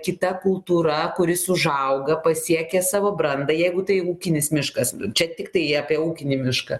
kita kultūra kuris užauga pasiekia savo brandą jeigu tai ūkinis miškas čia tiktai apie ūkinį mišką